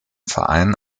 verein